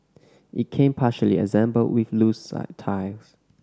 it came partially assembled with loose some tiles